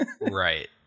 right